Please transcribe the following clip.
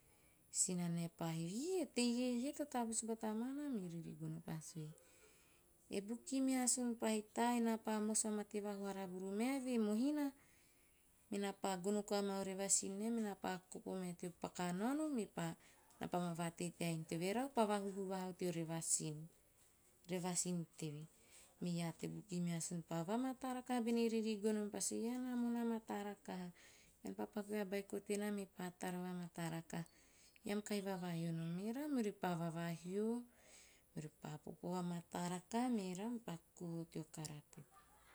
Sinanae pa hivi, "eh, e teie iei to tavusu bata mana?" Me ririgono pa sue, "e bukimeasun pahita, napa mos va mate vahoara vuru maeve mohina menaa pa gono koa maa o revasin nae mena pa kokopo maeve eo paka naono menaa pa ma vatei eve tea inu teve, erau pa vahuhu vahau teo revasin, revasin teve. Me iaa te bukimeasun pa vamataa rakaha bene ririgono mepa sue, "ean a moon a mataa rakaha. Ean pa paku vea beiko tenaa mepa tara vamata rakaha. Ean kahi vavahio nom ei. Merau meori pa vavahio, meori pa popo va mataa rakaha merau mepa kuu teo kara put.